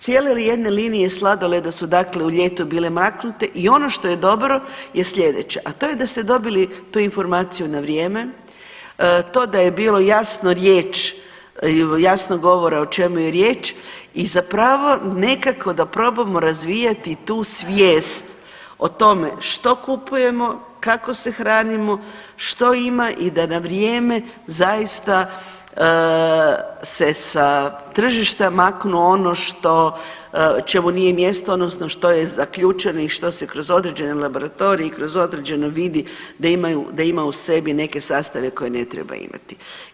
Cijele jedne linije sladoleda su dakle u ljetu bile maknute i ono što je dobro je sljedeće, a to je da ste dobili tu informaciju na vrijeme, to da je bilo jasno riječ, jasno govora o čemu je riječ i zapravo nekako da probamo razvijati tu svijet o tome što kupujemo, kako se hranimo, što ima i da na vrijeme zaista se sa tržišta maknu ono što, čemu nije mjesto, odnosno što je zaključeno i što se kroz određeni laboratorij i kroz određeno vidi da ima u sebi neke sastave koje ne treba imati.